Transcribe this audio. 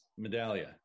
medallia